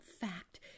fact